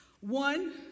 One